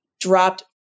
dropped